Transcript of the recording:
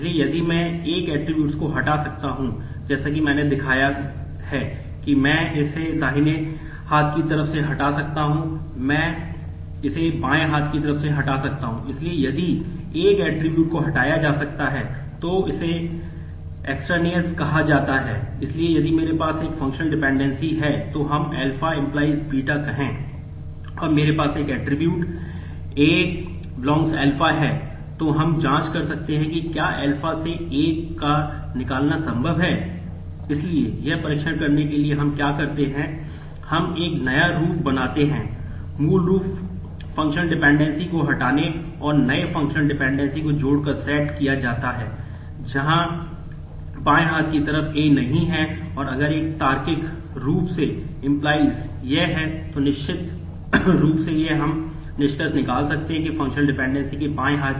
इसलिए यदि मैं एक ऐट्रिब्यूट के बाएं हाथ की तरफ बाहरी था